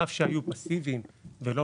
חלק מהאנשים על אף שהיו פסיביים ולא